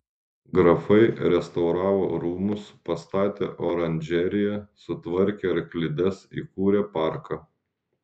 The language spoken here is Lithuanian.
grafai restauravo rūmus pastatė oranžeriją sutvarkė arklides įkūrė parką